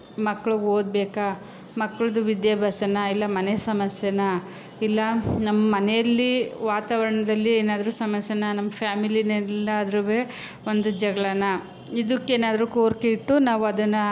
ಮಕ್ಕಳ್ಗೆ ಓದಬೇಕಾ ಮಕ್ಳದ್ದು ವಿದ್ಯಾಭ್ಯಾಸನ ಇಲ್ಲ ಮನೆ ಸಮಸ್ಯೆನ ಇಲ್ಲ ನಮ್ಮನೇಲಿ ವಾತಾವರಣದಲ್ಲಿ ಏನಾದ್ರೂ ಸಮಸ್ಯೆನ ನಮ್ಮ ಫ್ಯಾಮಿಲಿನಲ್ಲಾದ್ರೂ ಒಂದು ಜಗಳನ ಇದಕ್ಕೇನಾದ್ರೂ ಕೋರಿಕೆ ಇಟ್ಟು ನಾವದನ್ನು